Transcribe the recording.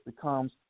becomes